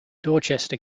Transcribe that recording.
dorchester